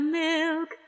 milk